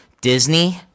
Disney